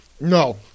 No